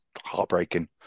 heartbreaking